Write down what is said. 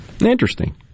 Interesting